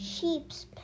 sheep's